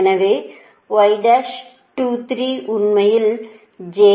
எனவே உண்மையில் j 0